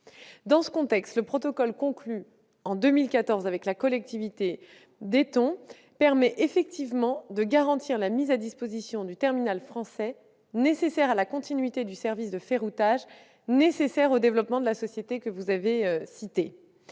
Dans ce contexte, le protocole conclu en 2014 avec la collectivité d'Aiton permet effectivement de garantir la mise à disposition du terminal français nécessaire à la continuité du service de ferroutage indispensable au développement de la société que vous avez citée.